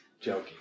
joking